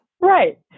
Right